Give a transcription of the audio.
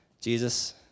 Jesus